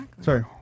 Sorry